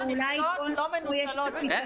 כמה מהמכסות שקיימות לא מנוצלות ---?